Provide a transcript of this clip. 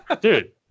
Dude